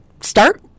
start